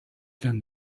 than